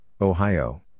Ohio